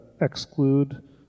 Exclude